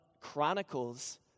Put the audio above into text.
Chronicles